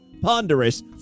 Ponderous